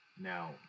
Now